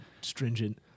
stringent